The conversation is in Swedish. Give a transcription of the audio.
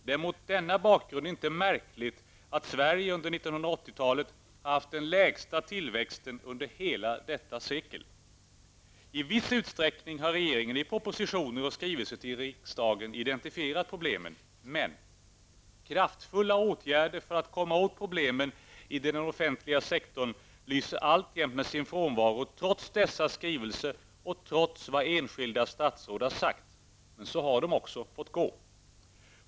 Det är mot denna bakgrund inte märkligt att Sverige under 1980-talet har haft den lägsta tillväxten under hela detta sekel. I viss utsträckning har regeringen i propositioner och skrivelser till riksdagen identifierat problemen. Men kraftfulla åtgärder för att komma åt problemen i den offentliga sektorn lyser alltjämt med sin frånvaro trots dessa skrivelser och trots vad enskilda statsråd har sagt. Men så har dessa statsråd också fått gå!